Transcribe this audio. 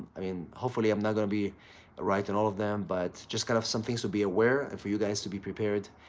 i mean, hopefully, i'm not going to be right in all of them but just kind of some things to be aware of and for you, guys, to be prepared,